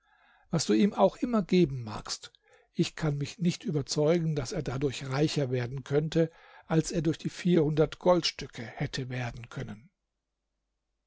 was du ihm auch immer geben magst ich kann mich nicht überzeugen daß er dadurch reicher werden könnte als er durch die vierhundert goldstücke hätte werden können